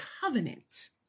covenant